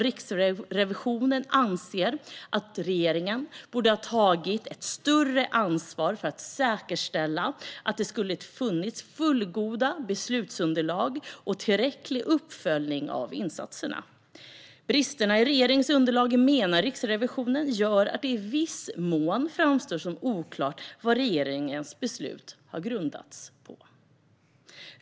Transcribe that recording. Riksrevisionen anser att regeringen borde ha tagit ett större ansvar för att säkerställa att det funnits fullgoda beslutsunderlag och tillräcklig uppföljning av insatserna. Bristerna i regeringens underlag, menar Riksrevisionen, gör att det i viss mån framstår som oklart vad regeringens beslut har grundats på.